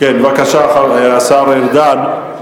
בבקשה, השר ארדן.